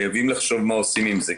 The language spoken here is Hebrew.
חייבים לחשוב מה עושים עם זה,